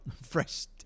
Fresh